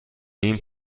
این